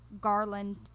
Garland